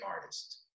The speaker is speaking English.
artist